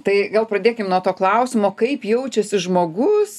tai gal pradėkim nuo to klausimo kaip jaučiasi žmogus